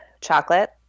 Chocolate